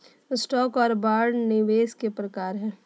stock आर bond निवेश के प्रकार हय